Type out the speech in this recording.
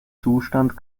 zustand